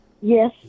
Yes